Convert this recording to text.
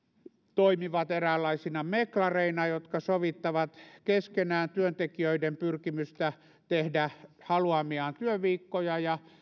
toimivat eräänlaisina meklareina jotka sovittavat keskenään työntekijöiden pyrkimystä tehdä haluamiaan työviikkoja ja